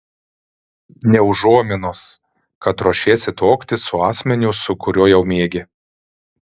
nė užuominos kad ruošiesi tuoktis su asmeniu su kuriuo jau miegi